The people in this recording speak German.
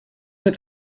mit